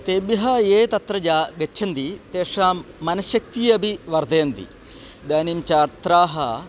तेभ्यः ये तत्र जा गच्छन्ति तेषां मनश्शक्तिः अपि वर्धयति इदानीं छात्राः